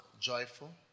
joyful